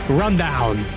rundown